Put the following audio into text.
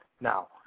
Now